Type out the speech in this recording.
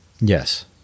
yes